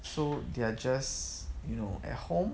so they are just you know at home